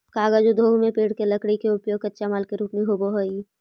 कागज उद्योग में पेड़ के लकड़ी के उपयोग कच्चा माल के रूप में होवऽ हई